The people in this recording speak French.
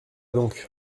donc